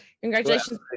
congratulations